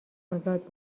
ازاد